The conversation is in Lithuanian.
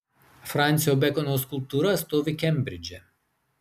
fransio bekono skulptūra stovi kembridže